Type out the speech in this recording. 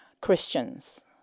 Christians